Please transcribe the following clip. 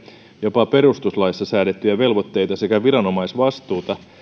jopa perustuslaissa säädettyjä velvoitteita sekä viranomaisvastuuta